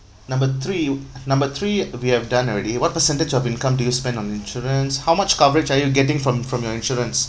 number three number three we have done already what percentage of income to you spend on insurance how much coverage are you getting from from your insurance